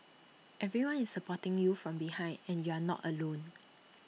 everyone is supporting you from behind and you are not alone